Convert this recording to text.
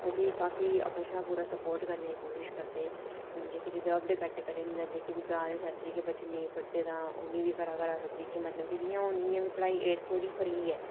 ओह् बी काफी अपने शा पूरा स्पोर्ट करने दी कोशिश करदे जेह्के रिजर्ब कैटागिरी न जेह्के बी ग्रां आह्ली साइड जेह्के बच्चे नेईं पढ़दे तां उ'नें बी घरै घरै सद्दियै मतलब के जि'यां हून पढाई एटथ धोड़ी फ्री ऐ